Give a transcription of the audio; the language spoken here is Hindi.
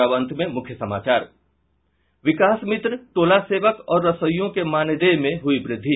और अब अंत में मुख्य समाचार विकास मित्र टोला सेवक और रसोइयों के मानदेय में हुई वृद्धि